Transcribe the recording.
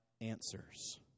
answers